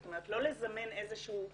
זאת אומרת, לא לזמן איזשהו בודק,